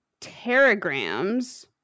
teragrams